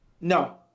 No